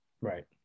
Right